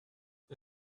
est